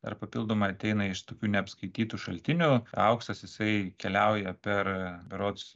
dar papildomai ateina iš tokių neapskaitytų šaltinių auksas jisai keliauja per berods